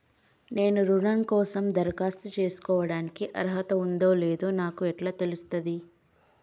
నేను రుణం కోసం దరఖాస్తు చేసుకోవడానికి అర్హత ఉందో లేదో నాకు ఎట్లా తెలుస్తది?